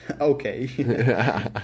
Okay